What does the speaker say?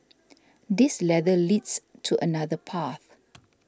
this ladder leads to another path